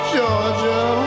Georgia